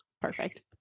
perfect